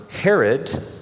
Herod